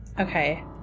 Okay